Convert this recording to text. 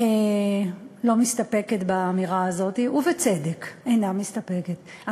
לא מסתפקת באמירה הזאת, ובצדק אינה מסתפקת.